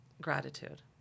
gratitude